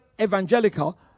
evangelical